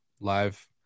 live